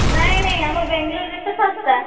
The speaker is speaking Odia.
ନାଇଁ ନାଇଁ ଆମ ବେଙ୍ଗଲୋର୍ରେ ତ ଶସ୍ତା